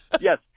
Yes